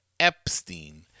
Epstein